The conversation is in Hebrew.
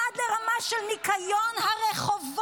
עד לרמה של ניקיון הרחובות.